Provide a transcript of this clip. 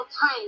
time